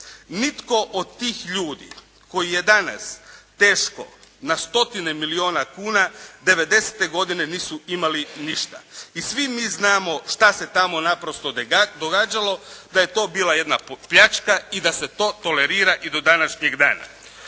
Nitko od tih ljudi kojih je danas teško na stotine milijuna kuna, 90-te godine nisu imali ništa. I svi mi znamo šta se tamo naprosto događalo, da je to bila jedna pljačka i da se to tolerira i do današnjeg dana